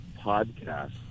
podcast